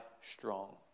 strong